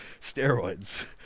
steroids